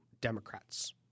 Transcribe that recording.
Democrats